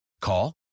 Call